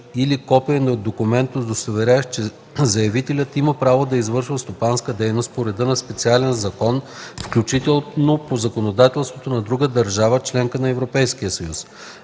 или копие на документ, удостоверяващ, че заявителят има право да извършва стопанска дейност по реда на специален закон, включително по законодателството на друга държава – членка на Европейския съюз;